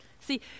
See